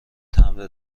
تمبر